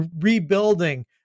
rebuilding